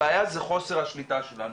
הבעיה זה חוסר השליטה שלנו.